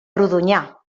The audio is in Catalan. rodonyà